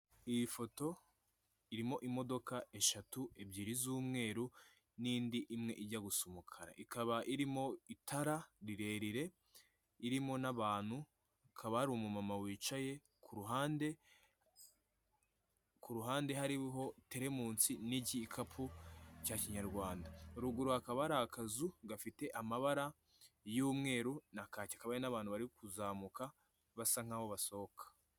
Iyi foto irimo imodoka eshatu, ebyiri z'umweru n'indi imwe ijya gusa umukara, ikaba irimo itara rirerire, irimo n'abantu hakaba hari umumama wicaye ku ruhande ku ruhande hariho teremusi n'igikapu cya kinyarwanda, ruguru hakaba hari akazu gafite amabara y'umweru na kaki hari n'abantu bari kuzamuka basa nkaho basohoka.